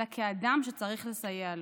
אלא כאדם שצריך לסייע לו.